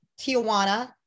Tijuana